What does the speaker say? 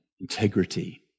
integrity